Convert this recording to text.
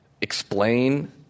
explain